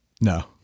No